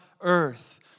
earth